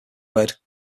word